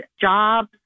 jobs